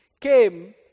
came